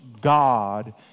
God